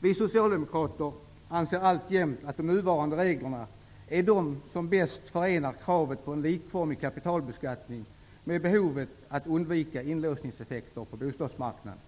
Vi socialdemokrater anser alltjämt att de nuvarande reglerna är de som bäst förenar kravet på en likformig kapitalbeskattning med behovet att undvika inlåsningseffekter på bostadsmarknaden.